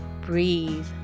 breathe